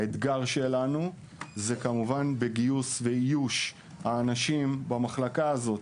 האתגר שלנו הוא כמובן בגיוס ואיוש האנשים למחלקה הזאת,